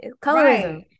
Colorism